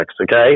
okay